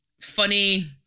funny